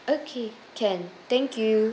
okay can thank you